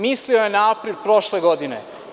Mislio je na april prošle godine.